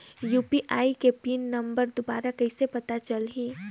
UPI के pin number दुबारा कइसे पता चलही?